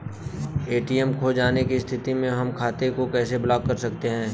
ATM खो जाने की स्थिति में हम खाते को कैसे ब्लॉक कर सकते हैं?